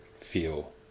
feel